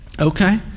okay